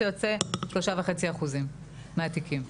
זה יוצא 3.5% מהתיקים.